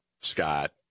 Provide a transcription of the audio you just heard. Scott